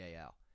AL